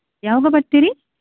ಯಾವಾಗ ಬರ್ತೀರಿ